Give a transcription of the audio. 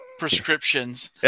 prescriptions